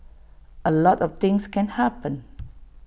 A lot of things can happen